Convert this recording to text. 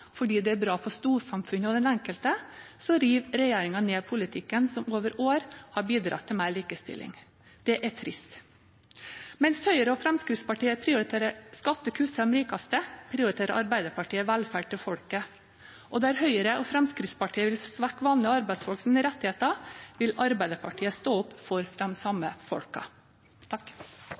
fordi det er bra for storsamfunnet og for den enkelte, river regjeringen ned politikken som over år har bidratt til mer likestilling. Det er trist. Mens Høyre og Fremskrittspartiet prioriterer skattekutt til de rikeste, prioriterer Arbeiderpartiet velferd til folket. Og der Høyre og Fremskrittspartiet vil svekke vanlige arbeidsfolks rettigheter, vil Arbeiderpartiet stå opp for de samme